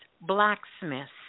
blacksmiths